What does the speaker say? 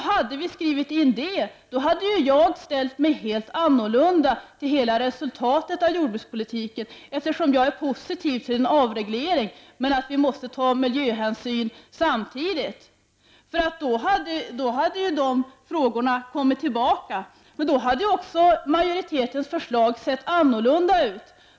Hade vi skrivit in ett sådant krav hade jag ställt mig helt annorlunda till hela resultatet av behandlingen av jordbrukspolitiken, eftersom jag är positiv till en avreglering men anser att vi samtidigt måste ta miljöhänsyn. Då hade de frågorna kommit tillbaka. Då hade majoritetens förslag också sett annorlunda ut.